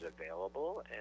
available